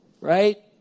right